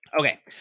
Okay